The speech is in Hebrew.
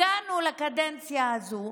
הגענו לקדנציה הזו,